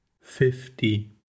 fifty